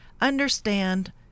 understand